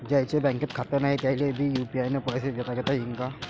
ज्याईचं बँकेत खातं नाय त्याईले बी यू.पी.आय न पैसे देताघेता येईन काय?